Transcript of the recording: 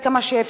עד כמה שאפשר,